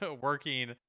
working